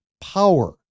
power